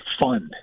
fund